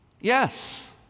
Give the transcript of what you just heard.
Yes